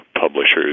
publishers